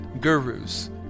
gurus